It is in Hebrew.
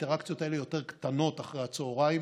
האינטראקציות האלה יותר קטנות אחרי הצוהריים